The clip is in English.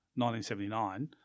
1979